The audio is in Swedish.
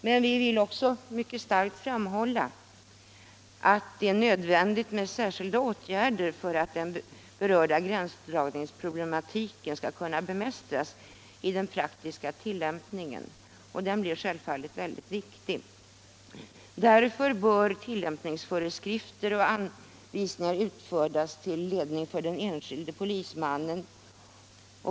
Men vi vill också mycket starkt framhålla att det är nödvändigt med särskilda åtgärder för att den berörda gränsdragningsproblematiken skall kunna bemästras i den praktiska tillämpningen. Den blir självfallet mycket viktig. Tillämpningsföreskrifter och anvisningar bör därför utfärdas till ledning för den enskilde polismannen.